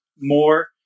more